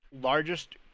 largest